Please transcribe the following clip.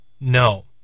no